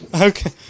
Okay